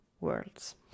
worlds